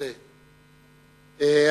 תודה רבה.